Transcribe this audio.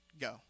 go